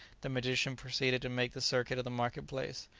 the magician proceeded to make the circuit of the market-place.